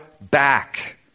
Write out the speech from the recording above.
back